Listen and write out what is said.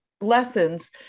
lessons